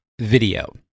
video